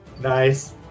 Nice